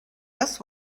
just